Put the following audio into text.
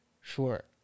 Sure